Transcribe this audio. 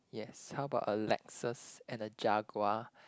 yes how about a Lexus and a Jaguar